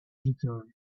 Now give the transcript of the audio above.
return